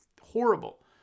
horrible